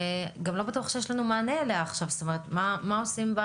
הייתי אומר שיש ייצוג של כל